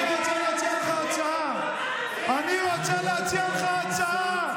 אני רוצה להציע לך הצעה, אני רוצה להציע לך הצעה.